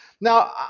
Now